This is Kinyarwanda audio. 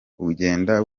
ugenda